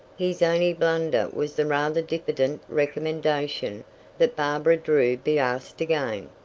his only blunder was the rather diffident recommendation that barbara drew be asked again.